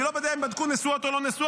אני לא יודע אם בדקו נשואות או לא נשואות,